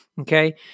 Okay